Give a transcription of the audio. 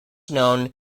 known